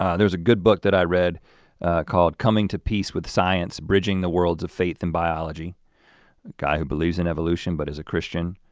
ah there's a good book that i read called coming to peace with science bridging the worlds of faith and biology the guy who believes in evolution but is a christian.